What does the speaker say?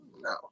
No